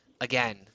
again